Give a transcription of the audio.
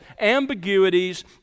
ambiguities